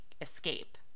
escape